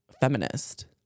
feminist